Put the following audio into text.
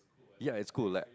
ya it's cool like